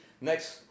next